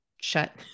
shut